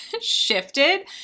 shifted